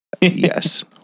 yes